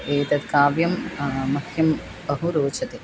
एतत् काव्यं मह्यं बहु रोचते